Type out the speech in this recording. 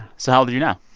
so how old are you now?